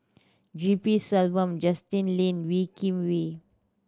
G P Selvam Justin Lean Wee Kim Wee